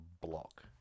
block